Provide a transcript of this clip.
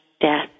death